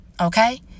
Okay